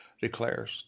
declares